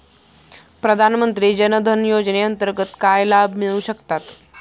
प्रधानमंत्री जनधन योजनेअंतर्गत काय लाभ मिळू शकतात?